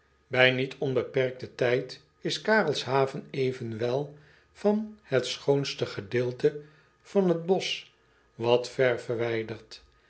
ij niet onbeperkten tijd is arelshaven evenwel van het schoonste gedeelte van het bosch wat ver verwijderd